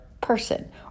person